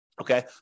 okay